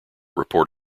report